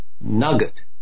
nugget